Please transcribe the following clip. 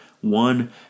one